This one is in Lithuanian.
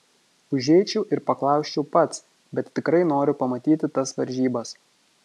užeičiau ir paklausčiau pats bet tikrai noriu pamatyti tas varžybas